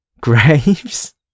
graves